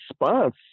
response